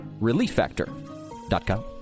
relieffactor.com